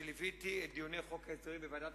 שליוויתי את דיוני חוק ההסדרים בוועדת